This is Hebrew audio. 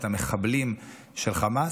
את המחבלים של חמאס,